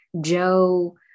Joe